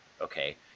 Okay